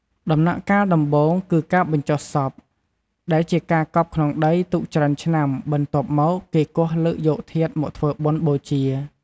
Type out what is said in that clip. ដំណាក់កាលដំបូង គឺការបញ្ចុះសព ដែលជាការកប់ក្នុងដី ទុកច្រើនឆ្នាំ បន្ទាប់មក គេគាស់លើកយកធាតុមកធ្វើបុណ្យបូជា។